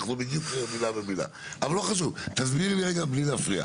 אבל, לא חשוב, תסבירי לי רגע בלי להפריע.